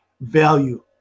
value